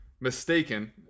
mistaken